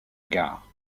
gare